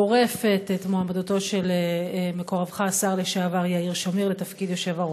גורפת את מועמדותו של מקורבך השר לשעבר יאיר שמיר לתפקיד היושב-ראש.